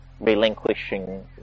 relinquishing